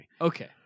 Okay